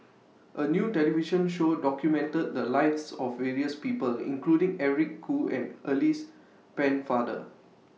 A New television Show documented The Lives of various People including Eric Khoo and Alice Pennefather